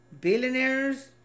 billionaires